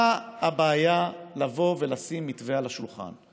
מה הבעיה לבוא ולשים מתווה על השולחן?